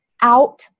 out